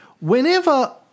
whenever